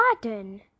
garden